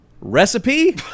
recipe